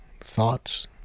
thoughts